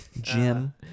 Jim